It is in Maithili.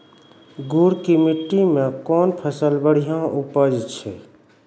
गुड़ की मिट्टी मैं कौन फसल बढ़िया उपज छ?